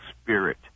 spirit